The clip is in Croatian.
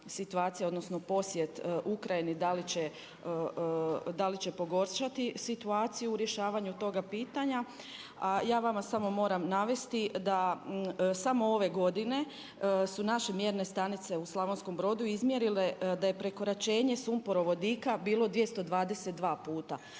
odnosno posjet Ukrajini da li će pogoršati situaciju u rješavanju toga pitanja. A ja vama samo moram navesti da samo ove godine su naše mjerne stanice u Slavonskom Brodu izmjerile da je prekoračenje sumporovodika bilo 222 puta,